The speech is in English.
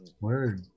Word